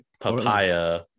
papaya